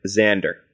Xander